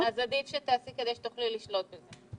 כן, עדיף שתעשי כדי שתוכלי לשלוט בזה.